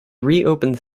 reopened